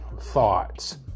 thoughts